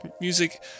music